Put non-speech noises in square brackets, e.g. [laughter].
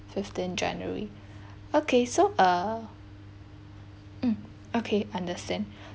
fifteen january [breath] okay so uh mm okay understand [breath]